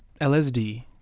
LSD